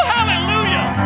Hallelujah